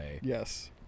Yes